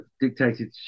dictated